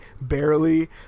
barely